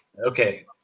Okay